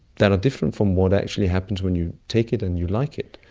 that are different from what actually happens when you take it and you like it.